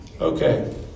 Okay